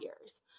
years